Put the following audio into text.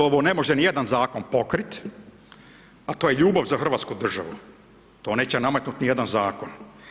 Ovo ne može nijedan Zakon pokrit, a to je ljubav za hrvatsku državu, to neće nametnuti nijedan Zakon.